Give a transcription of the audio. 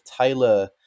Taylor